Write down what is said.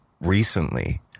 recently